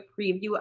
preview